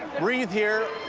breathe here